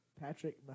Patrick